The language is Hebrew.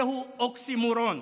זהו אוקסימורון,